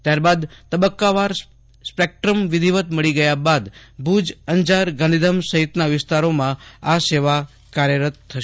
ત્યારબાદ તબક્કા વાર સ્પેક્ટ્રમ વિધિવત મળી ગયા બાદ ભુજ અંજાર ગાંધીધામ સહિતના વિસ્તારોમાં આ સેવા કાર્યરત થશે